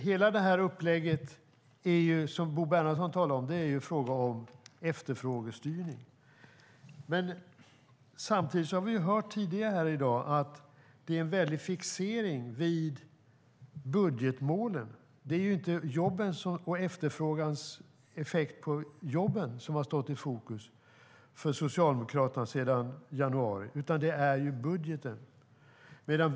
Hela det upplägg som Bo Bernhardsson talar om är en fråga om efterfrågestyrning. Samtidigt har vi ju hört tidigare här i dag att det är en väldig fixering vid budgetmålen. Det är inte jobben och efterfrågans effekt på jobben som har stått i fokus för Socialdemokraterna sedan januari, utan det är budgeten.